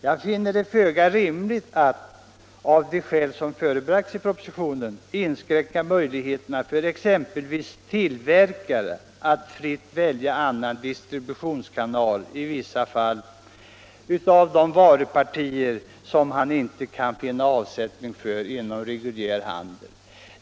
Jag finner det föga rimligt att av de skäl som förebragts i propositionen inskränka möjligheterna för exempelvis en tillverkare att fritt välja annan distributionskanal i vissa fall för varupartier som han inte kan finna avsättning för inom reguljär handel.